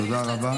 תודה רבה.